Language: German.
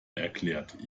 erklärt